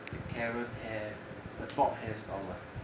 the karen hair the bob hair style lah